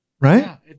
Right